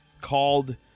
called